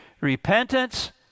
repentance